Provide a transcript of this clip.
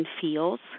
feels